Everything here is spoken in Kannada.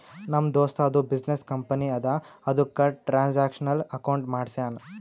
ನಮ್ ದೋಸ್ತದು ಬಿಸಿನ್ನೆಸ್ ಕಂಪನಿ ಅದಾ ಅದುಕ್ಕ ಟ್ರಾನ್ಸ್ಅಕ್ಷನಲ್ ಅಕೌಂಟ್ ಮಾಡ್ಸ್ಯಾನ್